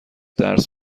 درس